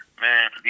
Man